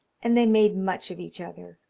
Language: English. and they made much of each other.